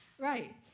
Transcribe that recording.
right